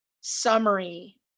summary